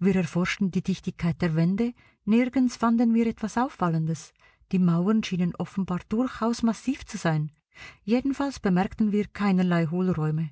wir erforschten die dichtigkeit der wände nirgends fanden wir etwas auffallendes die mauern schienen offenbar durchaus massiv zu sein jedenfalls bemerkten wir keinerlei hohlräume